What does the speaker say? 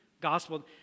gospel